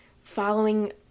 following